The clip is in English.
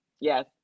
yes